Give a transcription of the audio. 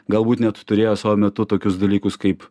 galbūt net turėjo savo metu tokius dalykus kaip